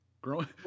Growing